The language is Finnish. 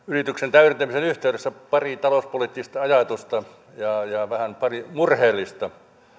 täydentämisen yhteydessä pari talouspoliittista ajatusta ja pari murheellista